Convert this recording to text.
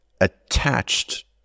attached